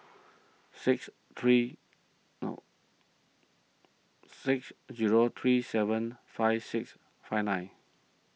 six three six zero three seven five six five nine